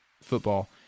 football